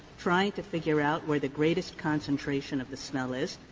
trying to figure out where the greatest concentration of the smell is.